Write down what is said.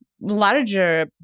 larger